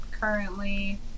currently